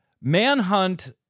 Manhunt